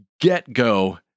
get-go